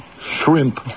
Shrimp